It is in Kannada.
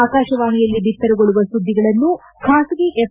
ಆಕಾಶವಾಣಿಯಲ್ಲಿ ಬಿತ್ತರಗೊಳ್ಳುವ ಸುಧಿಗಳನ್ನು ಖಾಸಗಿ ಎಫ್